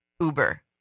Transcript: Uber